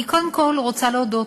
אני קודם כול רוצה להודות,